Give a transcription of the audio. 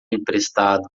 emprestado